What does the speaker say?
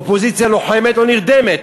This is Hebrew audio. אופוזיציה לוחמת או נרדמת?